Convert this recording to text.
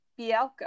Bielka